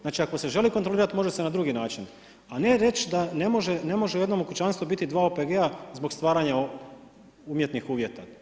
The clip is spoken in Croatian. Znači ako se želi kontrolirat može se na drugi način, a ne reći da ne može u jednom kućanstvu biti dva OPG-a zbog stvaranja umjetnih uvjeta.